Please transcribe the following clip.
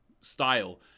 style